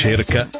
Cerca